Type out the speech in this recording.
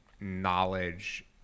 knowledge